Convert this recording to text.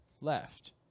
Left